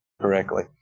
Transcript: correctly